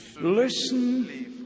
Listen